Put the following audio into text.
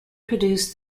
produced